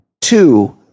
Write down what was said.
Two